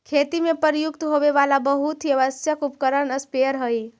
खेती में प्रयुक्त होवे वाला बहुत ही आवश्यक उपकरण स्प्रेयर हई